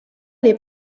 les